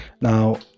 Now